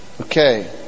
Okay